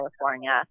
California